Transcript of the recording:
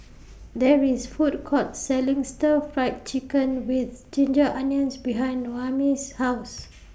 There IS Food Court Selling Stir Fry Chicken with Ginger Onions behind Noemi's House